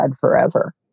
forever